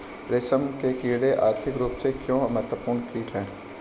रेशम के कीड़े आर्थिक रूप से क्यों महत्वपूर्ण कीट हैं?